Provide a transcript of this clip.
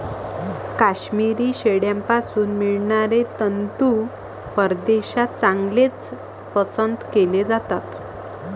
काश्मिरी शेळ्यांपासून मिळणारे तंतू परदेशात चांगलेच पसंत केले जातात